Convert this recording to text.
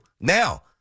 Now